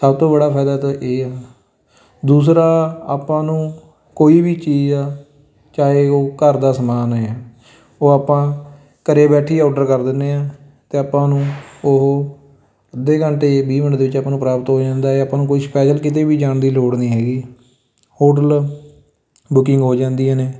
ਸਭ ਤੋਂ ਬੜਾ ਫਾਇਦਾ ਤਾਂ ਇਹ ਆ ਦੂਸਰਾ ਆਪਾਂ ਨੂੰ ਕੋਈ ਵੀ ਚੀਜ਼ ਆ ਚਾਹੇ ਉਹ ਘਰ ਦਾ ਸਮਾਨ ਏ ਹੈ ਉਹ ਆਪਾਂ ਘਰ ਬੈਠੇ ਹੀ ਔਡਰ ਕਰ ਦਿੰਦੇ ਹਾਂ ਤਾਂ ਆਪਾਂ ਨੂੰ ਉਹ ਅੱਧੇ ਘੰਟੇ 'ਚ ਵੀਹ ਮਿੰਟ ਦੇ ਵਿੱਚ ਆਪਾਂ ਨੂੰ ਪ੍ਰਾਪਤ ਹੋ ਜਾਂਦਾ ਹੈ ਆਪਾਂ ਨੂੰ ਕੋਈ ਸਪੈਸ਼ਲ ਕਿਤੇ ਵੀ ਜਾਣ ਦੀ ਲੋੜ ਨਹੀਂ ਹੈਗੀ ਹੋਟਲ ਬੁਕਿੰਗ ਹੋ ਜਾਂਦੀਆਂ ਨੇ